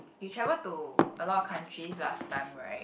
you travel to a lot of countries last time right